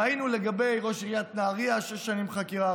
ראינו לגבי ראש עיריית נהריה שש שנים חקירה.